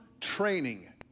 training